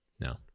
No